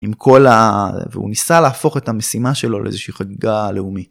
עם כל ה... והוא ניסה להפוך את המשימה שלו לאיזושהי חגיגה לאומית.